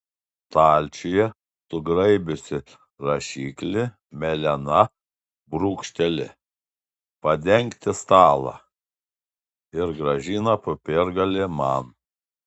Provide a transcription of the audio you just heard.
stalčiuje sugraibiusi rašiklį melena brūkšteli padengti stalą ir grąžina popiergalį man